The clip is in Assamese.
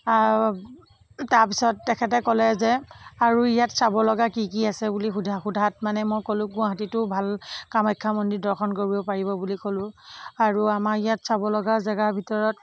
তাৰপিছত তেখেতে ক'লে যে আৰু ইয়াত চাব লগা কি কি আছে বুলি সোধা সোধাত মানে মই ক'লো গুৱাহাটীতো ভাল কামাখ্যা মন্দিৰ দৰ্শন কৰিব পাৰিব বুলি ক'লো আৰু আমাৰ ইয়াত চাব লগা জেগাৰ ভিতৰত